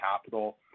capital